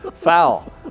Foul